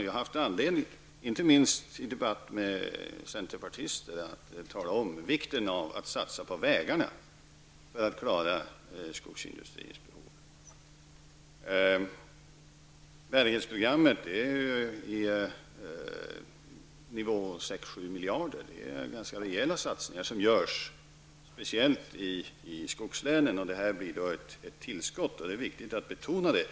Jag har haft anledning, inte minst i debatter med centerpartister, att tala om vikten av att satsa på vägarna för att klara skogsindustrins behov. Bärighetsprogrammet ligger på nivån 6--7 miljarder kronor. Det är ganska rejäla satsningar som görs, speciellt i skogslänen. Och detta blir ett tillskott. Det är viktigt att betona det.